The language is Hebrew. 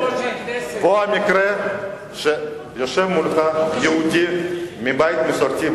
פה המקרה שיושב מולך יהודי מבית מסורתי,